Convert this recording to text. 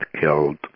killed